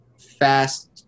fast –